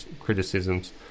criticisms